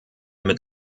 mit